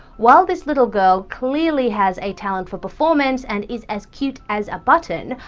while this little girl clearly has a talent for performance and is as cute as a button,